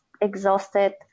exhausted